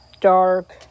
dark